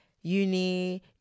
uni